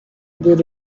the